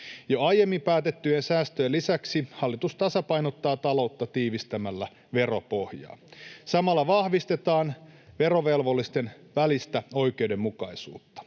Jo aiemmin päätettyjen säästöjen lisäksi hallitus tasapainottaa taloutta tiivistämällä veropohjaa. Samalla vahvistetaan verovelvollisten välistä oikeudenmukaisuutta: